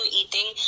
eating